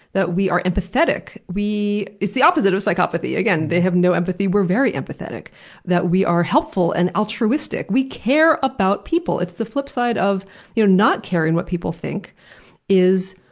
that we are empathetic. it's the opposite of psychopathy, again they have no empathy, we're very empathetic that we are helpful and altruistic, we care about people. it's the flipside of you know not caring what people think is,